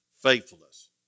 faithfulness